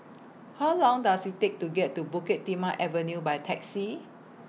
How Long Does IT Take to get to Bukit Timah Avenue By Taxi